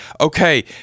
Okay